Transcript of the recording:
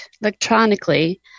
electronically